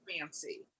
fancy